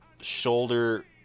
shoulder